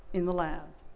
in the lab.